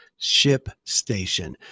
ShipStation